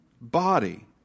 body